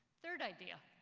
third idea